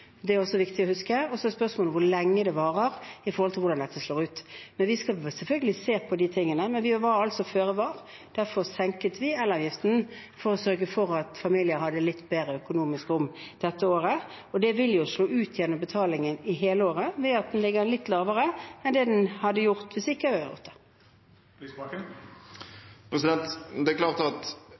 er det også viktig å huske. Og så er spørsmålet hvor lenge det varer, når det gjelder hvordan dette slår ut. Vi skal selvfølgelig se på dette, men vi var altså føre var og senket elavgiften for å sørge for at familier får litt bedre økonomisk handlingsrom dette året. Det vil slå ut i betalingen for hele året ved at den ligger litt lavere enn den hadde gjort hvis vi ikke hadde gjort det. Forskjellen på det og det vi her foreslår, er at det er